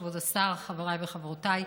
כבוד השר, חבריי וחברותיי,